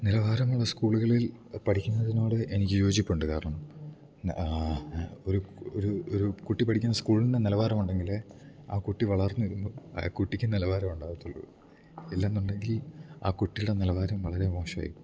നിലവാരമുള്ള സ്കൂള്കളിൽ പടിക്കുന്നതിനോട് എനിക്ക് യോജിപ്പൊണ്ട് കാരണം ഒരു ഒരു ഒരു കുട്ടി പടിക്ക്ന്ന സ്കൂൾന് നെലവാരവൊണ്ടെങ്കിലേ ആ കുട്ടി വളർന്ന് വരുമ്പോ ആ കുട്ടിക്ക് നെലവാരവൊണ്ടാവത്തൊള്ളു ഇല്ലന്നൊണ്ടെങ്കി ആ കുട്ടീടെ നിലവാരം വളരെ മോശവായ്പ്പോകും